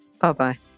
Bye-bye